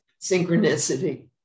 synchronicity